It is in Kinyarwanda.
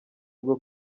rwo